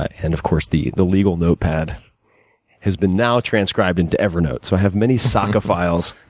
and, of course, the the legal notepad has been now transcribed into evernote. so, i have many sacca files,